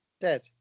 Dead